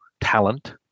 talent